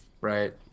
right